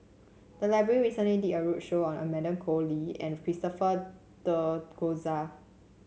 the library recently did a roadshow on Amanda Koe Lee and Christopher De